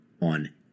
on